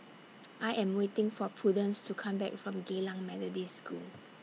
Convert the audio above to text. I Am waiting For Prudence to Come Back from Geylang Methodist School